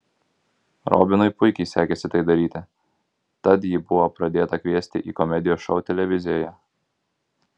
robinui puikiai sekėsi tai daryti tad jį buvo pradėta kviesti į komedijos šou televizijoje